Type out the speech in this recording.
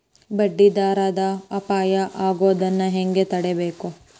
ಬಡ್ಡಿ ದರದ್ ಅಪಾಯಾ ಆಗೊದನ್ನ ಹೆಂಗ್ ತಡೇಬಕು?